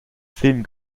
film